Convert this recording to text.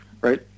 right